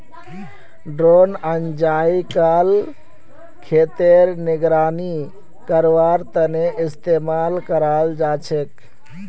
drone अइजकाल खेतेर निगरानी करवार तने इस्तेमाल कराल जाछेक